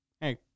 hey